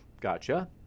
gotcha